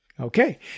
okay